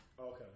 Okay